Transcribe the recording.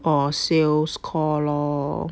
or sales call lor